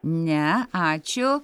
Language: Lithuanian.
ne ačiū